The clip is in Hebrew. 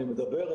אני מדבר,